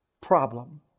problem